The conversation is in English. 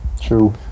true